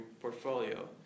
portfolio